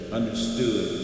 understood